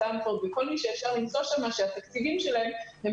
סטנפורד וכל מי שאפשר למצוא שם שהתקציבים שלהם הם